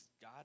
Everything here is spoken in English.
God